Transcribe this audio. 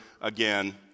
again